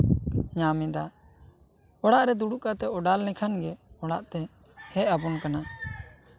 ᱧᱟᱢ ᱮᱫᱟ ᱚᱲᱟᱜ ᱨᱮ ᱫᱩᱲᱩᱵ ᱠᱟᱛᱮᱜ ᱚᱰᱟᱨ ᱞᱮᱠᱷᱟᱱ ᱜᱮ ᱚᱲᱟᱜᱛᱮ ᱦᱮᱡ ᱟᱵᱚᱱ ᱠᱟᱱᱟ